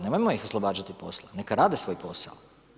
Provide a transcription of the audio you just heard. Nemojmo ih oslobađati posla, neka rade svoj posao.